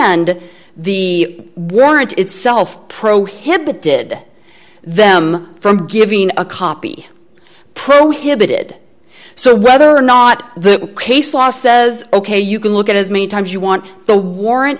and the warrant itself prohibit did them from giving a copy prohibited so whether or not the case law says ok you can look at as many times you want the warrant